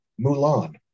Mulan